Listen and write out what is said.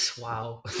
Wow